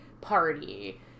party